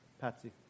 Patsy